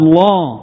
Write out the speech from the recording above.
law